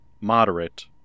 moderate